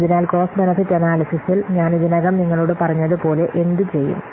അതിനാൽ cost benefit അനാല്യ്സിസിൽ ഞാൻ ഇതിനകം നിങ്ങളോട് പറഞ്ഞതുപോലെ എന്തു ചെയ്യും